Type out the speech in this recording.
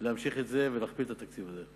להמשיך את זה ולהכפיל את התקציב הזה.